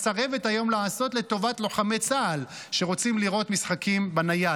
מסרבת לעשות היום לטובת לוחמי צה"ל שרוצים לראות משחקים בנייד.